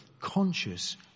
conscious